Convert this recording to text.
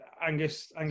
Angus